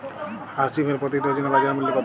হাঁস ডিমের প্রতি ডজনে বাজার মূল্য কত?